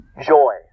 joy